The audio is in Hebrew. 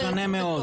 זה משנה מאוד.